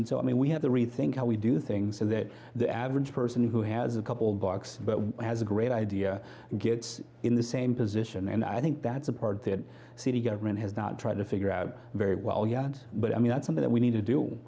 and so i mean we have to rethink how we do things so that the average person who has a couple bucks but has a great idea gets in the same position and i think that's a part that city government has not tried to figure out very well yet but i mean that's something that we need to do